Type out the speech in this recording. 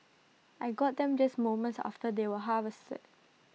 I got them just moments after they were harvested